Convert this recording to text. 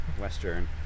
Western